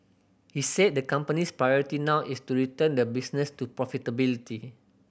he said the company's priority now is to return the business to profitability